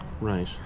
Right